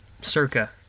Circa